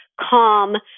calm